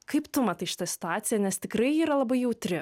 kaip tu matai šitą situaciją nes tikrai ji yra labai jautri